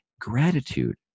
gratitude